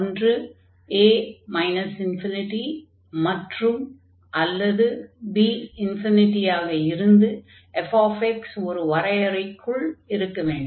ஒன்று a ∞மற்றும்அல்லது b∞ஆக இருந்து fx ஒரு வரையறைக்குள் இருக்க வேண்டும்